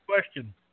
question